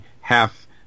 half